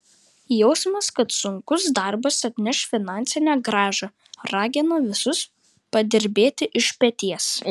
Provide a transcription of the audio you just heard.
jausmas kad sunkus darbas atneš finansinę grąžą ragina visus padirbėti iš peties